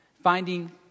finding